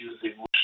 using